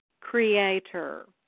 creator